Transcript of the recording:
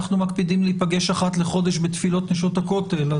אנחנו מקפידים להיפגש אחת לחודש בתפילות נשות הכותל.